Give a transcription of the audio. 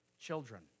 children